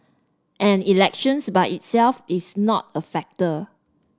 and elections by itself is not a factor